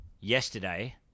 yesterday